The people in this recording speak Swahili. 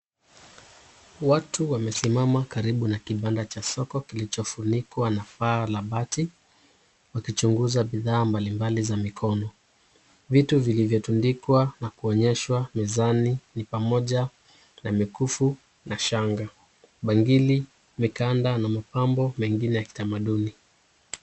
Watu wamesimama karibu na kibanda cha soko kilichofunikwa na paa la bati wakichunguza bidhaa mbalimbali za mikono. Vitu vilivyotundikwa na kuonyeshwa mezani ni pamoja na mikufu na shanga, bangili, mikanda na mapambo mengine ya kitamaduni.